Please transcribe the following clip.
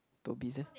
Toby's ya